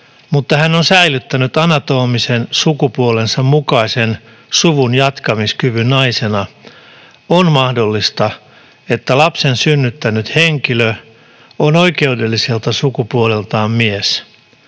mutta hän on säilyttänyt anatomisen sukupuolensa mukaisen suvunjatkamiskyvyn naisena, on mahdollista, että lapsen synnyttänyt henkilö on oikeudelliselta sukupuoleltaan mies.